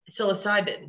psilocybin